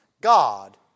God